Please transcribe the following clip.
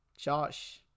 Josh